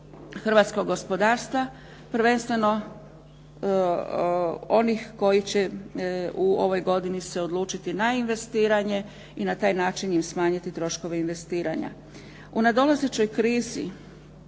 hrvatskog gospodarstva, prvenstveno onih koji će se ove godine odlučiti na investiranje i na taj način smanjiti im troškove investiranja. U nadolazećoj krizi